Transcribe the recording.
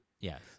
Yes